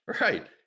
Right